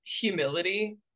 humility